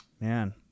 man